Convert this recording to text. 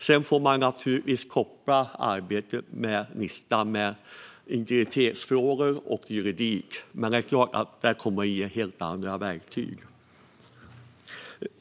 Sedan får man naturligtvis koppla arbetet med listan till integritetsfrågor och juridik, men det är klart att den kommer att ge helt andra verktyg.